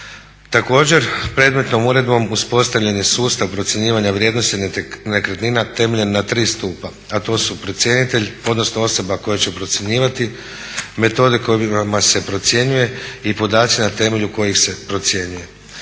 Također predmetnom uredbom uspostavljen je sustav procjenjivanja vrijednosti nekretnina temeljen na 3 stupa a to su procjenitelj, odnosno osoba koja će procjenjivati, metode kojima se procjenjuje i podaci na temelju kojih se procjenjuje.